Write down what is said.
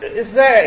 R angle 0